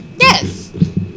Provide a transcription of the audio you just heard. Yes